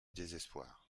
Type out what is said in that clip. désespoir